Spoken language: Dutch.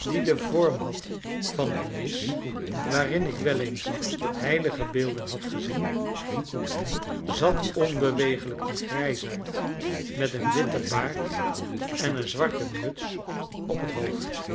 die den vorm had van een nis waarin ik wel eens heiligbeelden had gezien zat onbeweeglijk een grijsaard met een witten baard en een zwarte muts op het hoofd